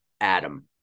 Adam